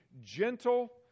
gentle